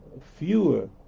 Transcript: fewer